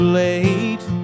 late